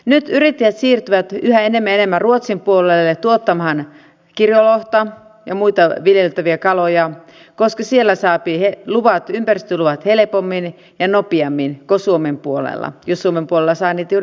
nyt yrittäjät siirtyvät yhä enemmän ja enemmän ruotsin puolelle tuottamaan kirjolohta ja muita viljeltäviä kaloja koska siellä saa ympäristöluvat helpommin ja nopeammin kuin suomen puolella jos suomen puolella saa niitä juuri ollenkaan